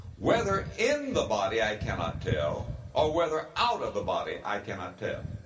whether in the body, i cannot tell or whether out of the body, i cannot tell.